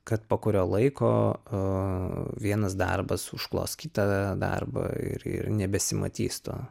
kad po kurio laiko a vienas darbas užklos kitą darbą ir ir nebesimatys to